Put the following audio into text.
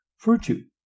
Virtue